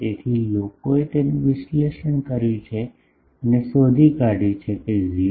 તેથી લોકોએ તેનું વિશ્લેષણ કર્યું છે અને શોધી કાઢહયું છે કે 0